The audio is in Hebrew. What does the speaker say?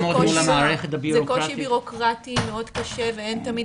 זה קושי ביורוקרטי מאוד קשה ואין תמיד